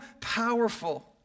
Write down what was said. powerful